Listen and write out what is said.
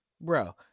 Bro